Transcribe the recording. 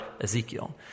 Ezekiel